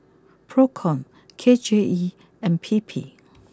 Procom K J E and P P